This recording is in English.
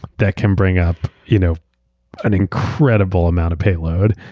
that can bring up you know an incredible amount of payload.